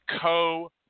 Co